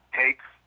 takes